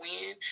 win